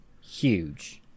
huge